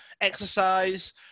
exercise